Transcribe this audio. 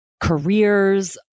careers